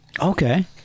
Okay